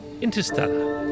interstellar